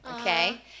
Okay